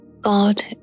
God